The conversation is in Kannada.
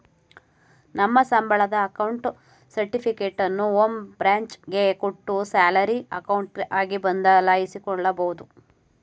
ನಮ್ಮ ಸಂಬಳದ ಅಕೌಂಟ್ ಸರ್ಟಿಫಿಕೇಟನ್ನು ಹೋಂ ಬ್ರಾಂಚ್ ಗೆ ಕೊಟ್ಟು ಸ್ಯಾಲರಿ ಅಕೌಂಟ್ ಆಗಿ ಬದಲಾಯಿಸಿಕೊಬೋದು